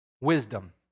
Wisdom